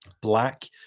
black